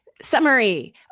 Summary